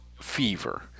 fever